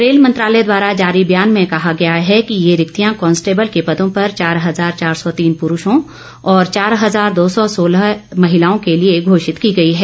rail मंत्रालय द्वारा जारी बयान में कहा गया है कि ये रिक्तियां कांस्टेबल के पदों पर चार हजार चार सौ तीन प्रुषों और चार हजार दो सौ सोलह महिलाओं के लिए घोषित की गई हैं